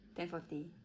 ten forty